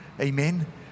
Amen